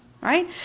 Right